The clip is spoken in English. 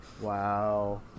Wow